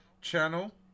channel